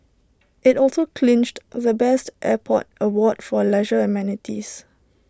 IT also clinched the best airport award for leisure amenities